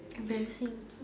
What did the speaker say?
embarrassing